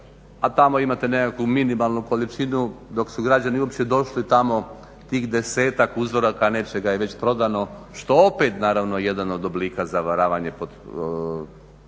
a tamo imate nekakvu minimalnu količinu. Dok su građani uopće došli tamo tih desetak uzoraka nečega je već prodano što je opet naravno jedan od oblika zavaravanja potrošača.